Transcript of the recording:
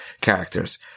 characters